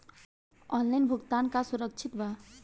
Online भुगतान का सुरक्षित बा?